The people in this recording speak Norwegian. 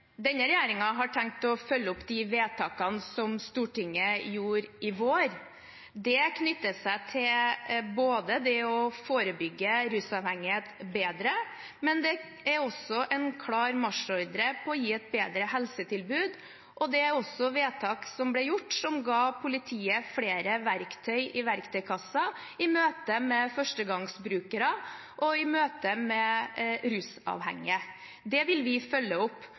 Denne regjeringen har tenkt å følge opp de vedtakene Stortinget gjorde i vår. Det knytter seg til det å forebygge rusavhengighet bedre, men det er også en klar marsjordre til å gi et bedre helsetilbud. Det er også gjort vedtak som ga politiet flere verktøy i verktøykassa i møte med førstegangsbrukere og i møte med rusavhengige. Det vil vi følge opp.